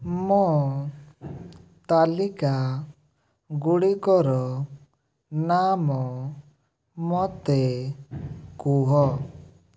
ମୋ ତାଲିକାଗୁଡ଼ିକର ନାମ ମୋତେ କୁହ